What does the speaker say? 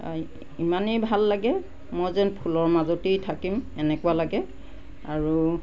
ইমানেই ভাল লাগে মই যেন ফুলৰ মাজতেই থাকিম এনেকুৱা লাগে আৰু